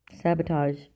sabotage